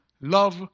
love